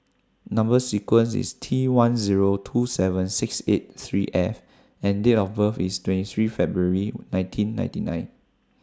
Number sequence IS T one Zero two seven six eight three F and Date of birth IS twenty three February nineteen ninety nine